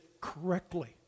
correctly